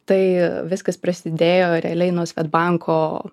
tai viskas prasidėjo realiai nuo sved banko